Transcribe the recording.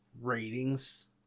ratings